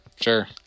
Sure